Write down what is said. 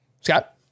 Scott